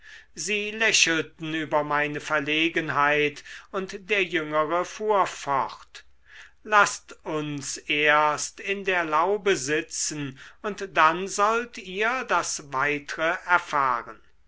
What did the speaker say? sie lächelten über meine verlegenheit und der jüngere fuhr fort laßt uns erst in der laube sitzen und dann sollt ihr das weitre erfahren